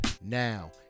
now